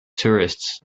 tourists